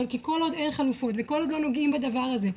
כי כל עוד אין חלופות וכל עוד לא נוגעים בדבר הזה,